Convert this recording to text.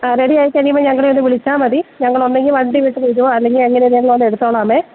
ആ റെഡിയായിക്കഴിയുമ്പോള് ഞങ്ങളെ ഒന്നു വിളിച്ചാല് മതി ഞങ്ങള് ഒന്നെങ്കില് വണ്ടി വിട്ടു വരുവോ അല്ലെങ്കില് എങ്ങനേലും വന്ന് എടുത്തോളാമേ